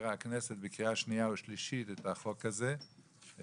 העבירה הכנסת בקריאה שניה ושלישית את החוק הזה שהחל